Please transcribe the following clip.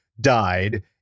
died